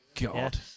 God